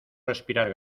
respirar